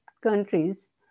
countries